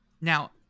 Now